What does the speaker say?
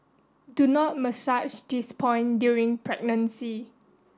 do not massage this point during pregnancy